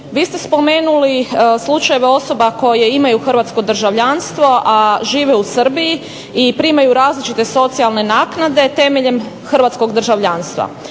Vi ste spomenuli slučajeve osoba koje imaju hrvatsko državljanstvo, a žive u Srbiji i primaju različite socijalne naknade temeljem hrvatskog državljanstva.